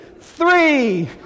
three